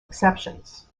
exceptions